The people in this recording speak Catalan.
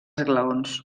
esglaons